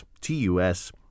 TUS